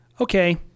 okay